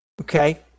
Okay